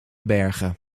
bergen